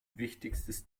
wichtigstes